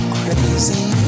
crazy